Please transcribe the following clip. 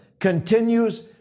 continues